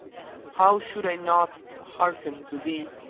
how should i not hearken to thee,